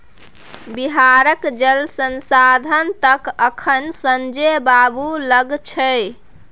बिहारक जल संसाधन तए अखन संजय बाबू लग छै